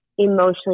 emotionally